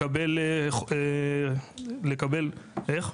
לקבל, איך?